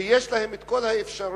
שיש להם כל האפשרויות